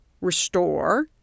restore